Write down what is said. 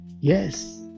Yes